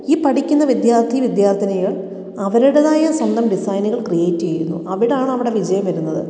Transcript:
ഈ പഠിക്കുന്ന വിദ്യർത്ഥി വിദ്യാർത്ഥിനികൾ അവരുടേതായ സ്വന്തം ഡിസൈനുകൾ ക്രിയേറ്റ് ചെയ്യുന്നു അവിടാണവരുടെ വിജയം വരുന്നത്